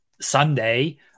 Sunday